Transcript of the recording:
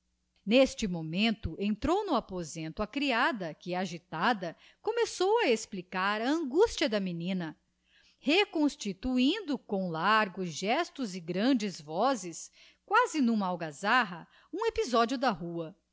n'este momento entrou no aposento a criada que agitada começou a explicar a angustia da menina reconstituindo com largos gestos e grandes vozes quasi n'uma algazarra um episodio da rua